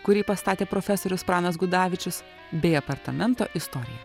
kurį pastatė profesorius pranas gudavičius bei apartamento istoriją